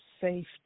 safety